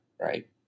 right